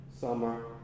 summer